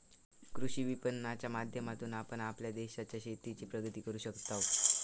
कृषी विपणनाच्या माध्यमातून आपण आपल्या देशाच्या शेतीची प्रगती करू शकताव